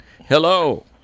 Hello